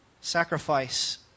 sacrifice